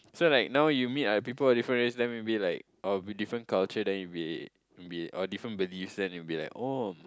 so like now you meet like people of different race then maybe like I will be different culture then you will be will be our different beliefs then you will be like oh